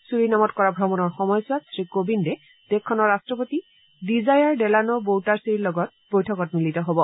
ছুৰীনামত কৰা ভ্ৰমণৰ সময়ছোৱাত শ্ৰীকোবিন্দে দেশখনৰ ৰট্টপতি ডিজায়াৰ ডেলানো বৌটাৰ্চিৰ লগত বৈঠকত মিলিত হ'ব